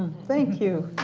thank you.